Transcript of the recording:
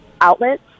outlets